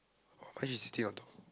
orh mine she's sitting on top